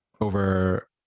over